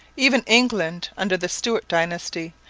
even england, under the stuart dynasty,